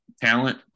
Talent